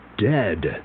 dead